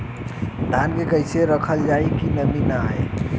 धान के कइसे रखल जाकि नमी न आए?